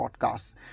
podcasts